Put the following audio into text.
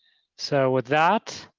so with that